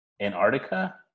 Antarctica